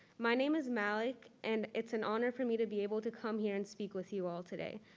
my name is malik and it's an honor for me to be able to come here and speak with you all today.